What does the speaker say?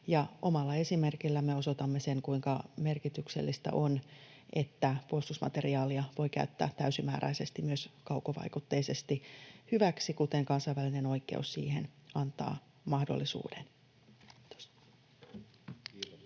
omalla esimerkillämme osoitamme sen, kuinka merkityksellistä on, että puolustusmateriaalia voi käyttää täysimääräisesti myös kaukovaikutteisesti hyväksi, kuten kansainvälinen oikeus siihen antaa mahdollisuuden. — Kiitos.